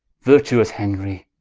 vertuous henry,